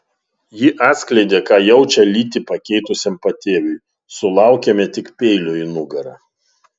ji atskleidė ką jaučia lytį pakeitusiam patėviui sulaukėme tik peilio į nugarą